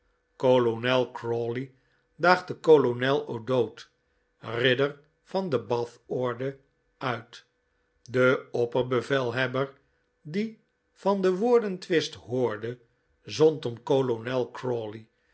kolonel crawley daagde kolonel o'dowd ridder van de bathorde uit de opperbevelhebber die van den woordentwist hoorde t zond om kolonel